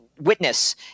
witness